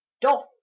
doth